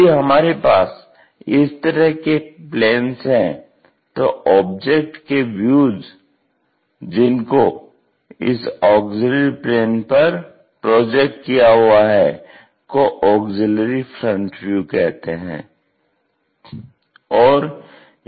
यदि हमारे पास इस तरह के प्लेन्स हैं तो ऑब्जेक्ट के व्यूज जिनको इस ऑग्ज़िल्यरी प्लेन पर प्रोजेक्ट किया हुआ है को ऑग्ज़िल्यरी फ्रंट व्यू कहते हैं